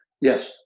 Yes